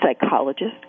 psychologist